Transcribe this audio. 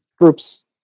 groups